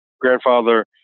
Grandfather